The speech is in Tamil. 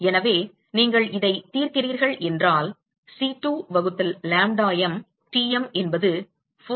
எனவே நீங்கள் இதைத் தீர்க்கிறீர்கள் என்றால் C2 வகுத்தல் lambda m Tm என்பது 4